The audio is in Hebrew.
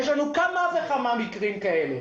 יש לנו כמה וכמה מקרים כאלה.